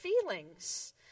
feelings